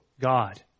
god